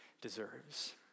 deserves